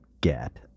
get